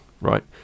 right